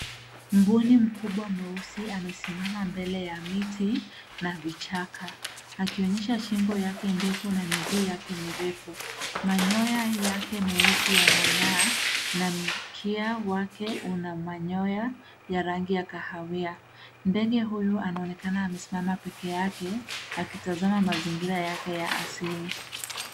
Mbuni mkubwa mweusi amesimama mbele ya miti na vichaka, akionyesha shingo yake ndefu na miguu yake mirefu. Manyoya yake meusi yanangaa na mkia wake una manyoya ya rangi ya kahawia. Ndege huyu anaonekana amesimama pekee yake akitazama mazingira yake ya asili.